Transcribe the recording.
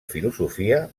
filosofia